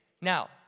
Now